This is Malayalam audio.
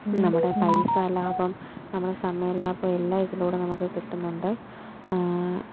ഇത് നമ്മുടെ പൈസ ലാഭം നമ്മുടെ സമയലാഭം എല്ലാം ഇതിലൂടെ നമുക്ക് കിട്ടുന്നുണ്ട്